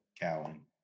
Cowan